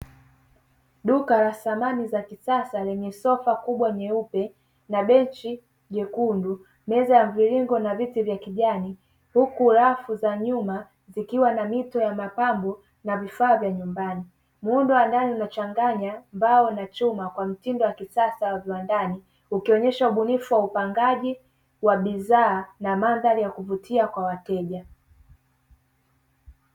Duka la samani za kisasa lenye sofa kubwa jeupe na benchi jekundu, meza ya mviringo na viti vya kijani, huku rafu za nyuma zikiwa na mito ya mapambo na vifaa vya nyumbani, muundo wa ndani unachanganya mbao na chuma kwa mtindo wa kisasa wa viwandani ukionyesha ubunifu wa upangaji wa bidhaa na mandhari ya kuvutia kwa wateja.